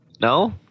No